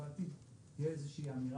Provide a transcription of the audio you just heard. איתי,